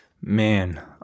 man